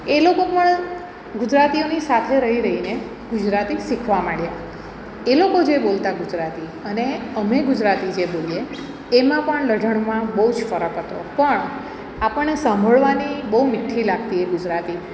એ લોકો પણ ગુજરાતીઓની સાથે રહી રહીને ગુજરાતી શીખવા માંડ્યા એ લોકો જે બોલતા ગુજરાતી અને અમે ગુજરાતી જે બોલીએ એમાં પણ લઢણમાં બહુ જ ફરક હતો પણ આપણને સાંભળવાની બહુ મીઠી લાગતી એ ગુજરાતી